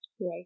right